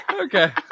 Okay